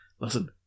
Listen